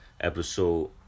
episode